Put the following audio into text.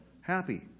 Happy